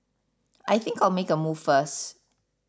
I think I'll make a move first